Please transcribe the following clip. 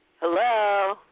Hello